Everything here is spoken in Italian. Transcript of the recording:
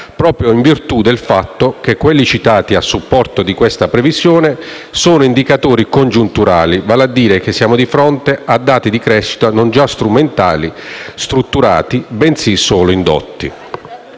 proprio in virtù del fatto che quelli citati a supporto di questa previsione sono indicatori congiunturali, vale a dire che siamo di fronte a dati di crescita non già strutturale, bensì solo indotta.